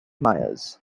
myers